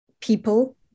people